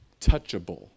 touchable